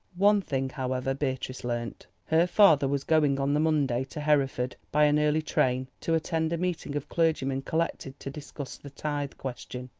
one thing, however, beatrice learnt. her father was going on the monday to hereford by an early train to attend a meeting of clergymen collected to discuss the tithe question.